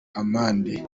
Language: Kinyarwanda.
amande